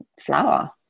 flower